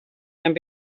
and